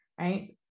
right